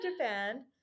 Japan